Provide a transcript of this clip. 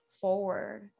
forward